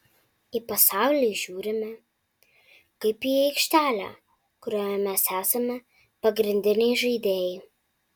į pasaulį žiūrime kaip į aikštelę kurioje mes esame pagrindiniai žaidėjai